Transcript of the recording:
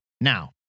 now